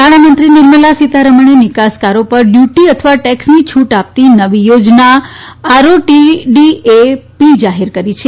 નાણામંત્રી નિર્મળા સીતારમક્ષે નિકાસકારો પર ડ્લુટી અથવા ટેકસની છૂટ આપતી નવી યોજના આરઓડીટીએપી જાહેર કરી છે